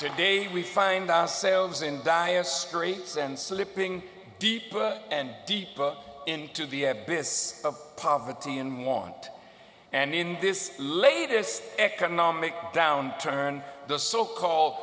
today we find ourselves in dire straits and slipping deeper and deeper into the abyss of poverty and want and in this latest economic downturn the so called